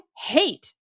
hate